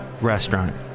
restaurant